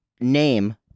name